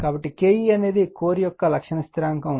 కాబట్టి Ke అనేది core యొక్క లక్షణ స్థిరాంకం